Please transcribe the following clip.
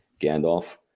Gandalf